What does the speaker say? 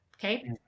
Okay